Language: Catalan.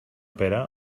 pere